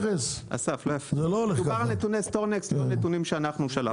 מדובר על נתוני סטורנקסט, לא נתונים שאנחנו שלחנו.